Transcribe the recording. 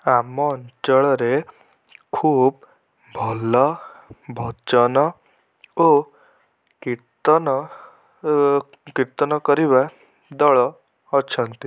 ଆମ ଅଞ୍ଚଳରେ ଖୁବ୍ ଭଲ ଭଜନ ଓ କୀର୍ତ୍ତନ କୀର୍ତ୍ତନ କରିବା ଦଳ ଅଛନ୍ତି